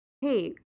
hey